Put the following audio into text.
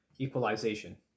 equalization